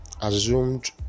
assumed